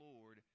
Lord